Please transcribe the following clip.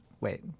Wait